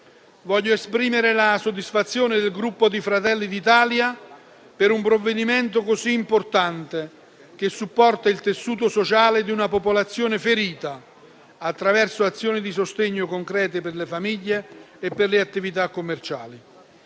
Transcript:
voglio esprimere la soddisfazione del Gruppo Fratelli d'Italia per un provvedimento così importante, che supporta il tessuto sociale di una popolazione ferita attraverso azioni di sostegno concreto per le famiglie e per le attività commerciali.